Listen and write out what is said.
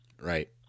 Right